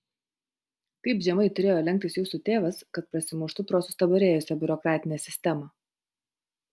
kaip žemai turėjo lenktis jūsų tėvas kad prasimuštų pro sustabarėjusią biurokratinę sistemą